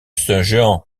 jehan